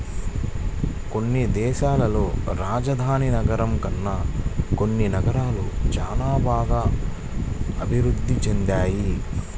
కొన్ని దేశాల్లో రాజధాని నగరం కన్నా కొన్ని నగరాలు చానా బాగా అభిరుద్ధి చెందాయి